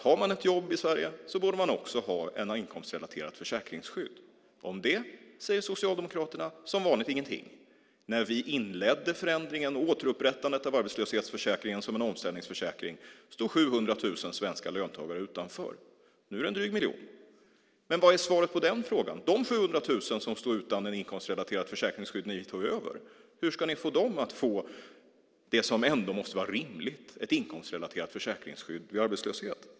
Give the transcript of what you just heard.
Har man ett jobb i Sverige borde man också ha ett inkomstrelaterat försäkringsskydd. Om det säger Socialdemokraterna som vanligt ingenting. När vi inledde förändringen och återupprättandet av arbetslöshetsförsäkringen som en omställningsförsäkring stod 700 000 svenska löntagare utanför. Nu är det en dryg miljon. Men vad är svaret på den frågan? De 700 000 som stod utan ett inkomstrelaterat försäkringsskydd när vi tog över, hur ska ni se till att de får det som ändå måste vara rimligt, nämligen ett inkomstrelaterat försäkringsskydd vid arbetslöshet?